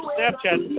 Snapchat